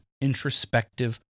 introspective